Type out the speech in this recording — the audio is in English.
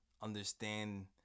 understand